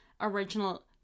original